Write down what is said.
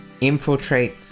infiltrate